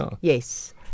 yes